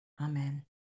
amen